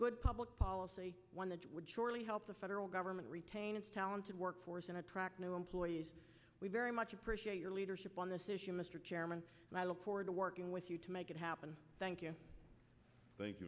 good public policy would surely help the federal government retain its talented workforce and attract new employees we very much appreciate your leadership on this issue mr chairman and i look forward to working with you to make it happen thank you